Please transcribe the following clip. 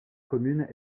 commune